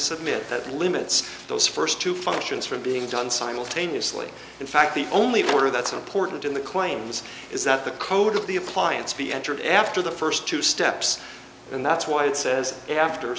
submit that limits those first two functions from being done simultaneously in fact the only one of that's important in the claims is that the code of the appliance be entered after the first two steps and that's why it says after